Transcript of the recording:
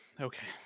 okay